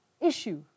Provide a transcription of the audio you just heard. issue